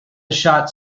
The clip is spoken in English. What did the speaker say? shots